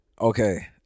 Okay